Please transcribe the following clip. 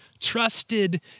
trusted